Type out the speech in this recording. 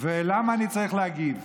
ולמה אני צריך להגיב?